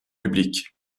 public